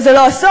וזה לא הסוף.